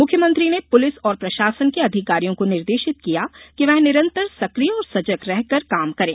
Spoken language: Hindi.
मुख्यमंत्री ने पुलिस और प्रशासन के अधिकारियों को निर्देशित किया कि वे निरंतर सक्रिय और सजग रहकर काम करें